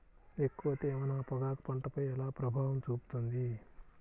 ఎక్కువ తేమ నా పొగాకు పంటపై ఎలా ప్రభావం చూపుతుంది?